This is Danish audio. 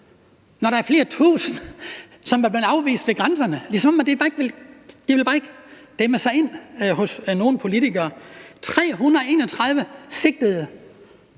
når der er flere tusinde, som er blevet afvist ved grænserne. Det er, som om det bare ikke vil dæmre for nogen politikere. Der var 331 sigtede